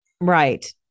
right